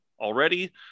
already